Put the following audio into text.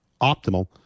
optimal